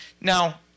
Now